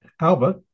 albert